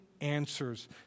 answers